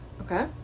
Okay